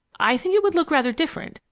i think it would look rather different.